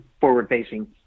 forward-facing